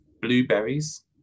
Blueberries